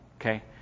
okay